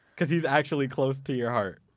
cause he's actually close to your heart